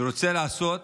שרוצה לעשות